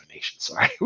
sorry